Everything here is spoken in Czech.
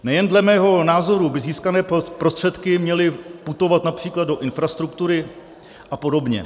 Nejen dle mého názoru by získané prostředky měly putovat například do infrastruktury apod.